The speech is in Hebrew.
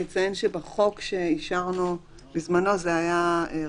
אציין שבחוק שאישרנו בזמנו זה היה רח"ל,